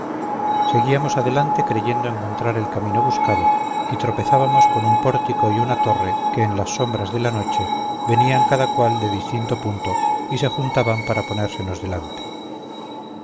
seguíamos adelante creyendo encontrar el camino buscado y tropezábamos con un pórtico y una torre que en las sombras de la noche venían cada cual de distinto punto y se juntaban para ponérsenos delante